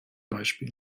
beispiel